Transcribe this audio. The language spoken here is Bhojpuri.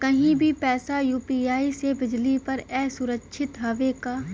कहि भी पैसा यू.पी.आई से भेजली पर ए सुरक्षित हवे का?